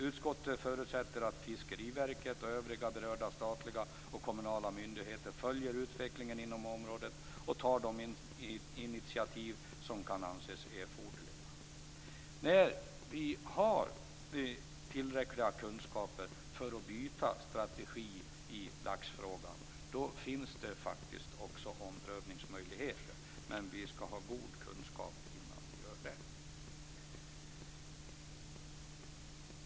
Utskottet förutsätter att Fiskeriverket och övriga berörda statliga och kommunala myndigheter följer utvecklingen inom området och tar de initiativ som kan anses erforderliga. När vi har tillräckliga kunskaper för att byta strategi i laxfrågan finns det också omprövningsmöjligheter. Men vi ska ha god kunskap innan vi gör det.